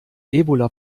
ebola